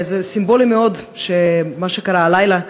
זה סימבולי מאוד, מה שקרה הלילה: